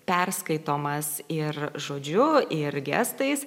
perskaitomas ir žodžiu ir gestais